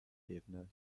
ebene